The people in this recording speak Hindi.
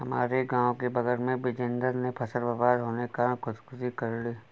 हमारे गांव के बगल में बिजेंदर ने फसल बर्बाद होने के कारण खुदकुशी कर ली